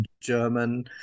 German